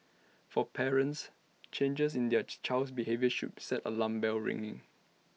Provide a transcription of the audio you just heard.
for parents changers in their child's behaviour should set the alarm bells ringing